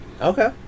Okay